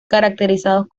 caracterizados